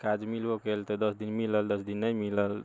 काज मिलो गेल तऽ दश दिन मिलल दश दिन नहि मिलल